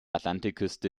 atlantikküste